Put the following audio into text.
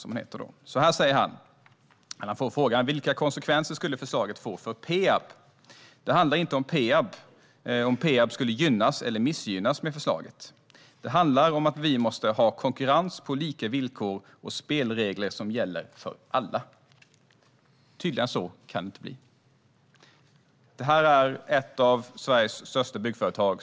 Så här svarar Jesper Göransson på frågan om vilka konsekvenser förslaget skulle få för Peab: "Det handlar inte om Peab skulle gynnas eller missgynnas med förslaget. Det handlar om att vi måste ha konkurrens på lika villkor och spelregler som gäller för alla." Tydligare än så kan det inte bli. Exakt så säger man på ett av Sveriges största byggföretag.